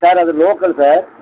sir அது local sir